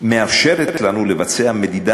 מאפשרת לנו לבצע מדידה